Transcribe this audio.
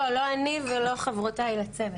לא אני ולא חברותיי לצוות.